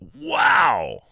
wow